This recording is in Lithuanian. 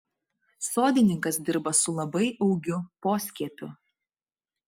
sodininkas dirba su labai augiu poskiepiu